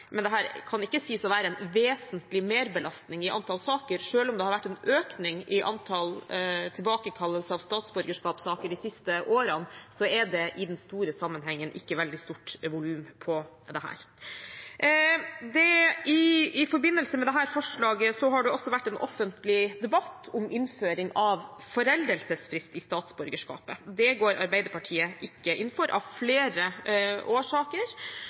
Men det kan ikke sies å være en vesentlig merbelastning med hensyn til antall saker. Selv om det har vært en økning i antall tilbakekallelse-av-statsborgerskap-saker de siste årene, er det i den store sammenheng ikke et veldig stort volum av dette. I forbindelse med dette forslaget har det også vært en offentlig debatt om innføring av foreldelsesfrist for statsborgerskapet. Det går Arbeiderpartiet ikke inn for, av flere årsaker.